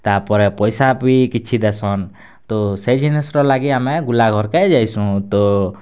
ତା'ପରେ ପଇସା ବି କିଛି ଦେସନ୍ ତ ସେ ଜିନିଷର ଲାଗି ଆମେ ଗୁଲା ଘର୍ କେ ଯାଇସୁଁ ତ